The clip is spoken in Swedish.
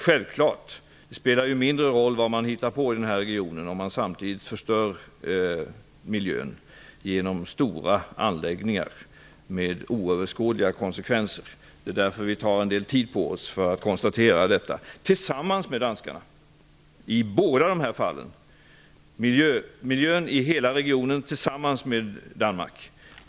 Självklart spelar det mindre roll vad man hittar på i regionen om man samtidigt förstör miljön genom stora anläggningar med oöverskådliga konsekvenser. Det är därför vi tar litet tid på oss för att, tillsammans med danskarna, granska miljöpåverkan i regionen.